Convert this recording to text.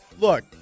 Look